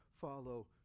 follow